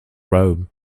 rome